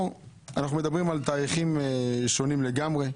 אנחנו מדברים על תאריכים שונים לגמרי,